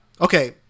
Okay